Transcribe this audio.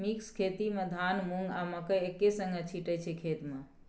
mix खेती मे धान, मुँग, आ मकय एक्के संगे छीटय छै खेत मे